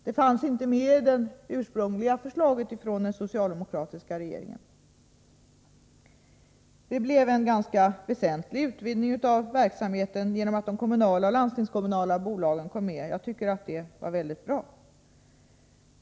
Det fanns inte med i det ursprungliga förslaget från den socialdemokratiska regeringen. Det blev en ganska väsentlig utvidgning av verksamheten genom att de kommunala och landstingskommunala bolagen kom med. Jag tycker att det var mycket bra.